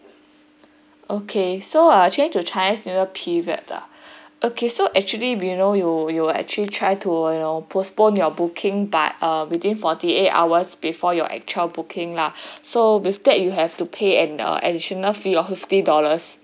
okay so I'll change to chinese new year period ah okay so actually you know you you are actually try to you know postpone your booking but uh within forty eight hours before your actual booking lah so with that you have to pay an additional fee of fifty dollars